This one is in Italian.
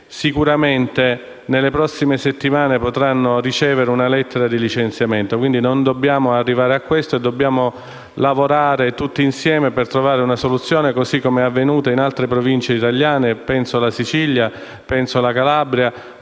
che, nelle prossime settimane, potranno ricevere una lettera di licenziamento. Non dobbiamo arrivare a questo, lavorando tutti insieme per trovare una soluzione, così come avvenuto in altre Province italiane. Penso alla Sicilia, alla Calabria